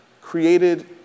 created